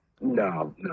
No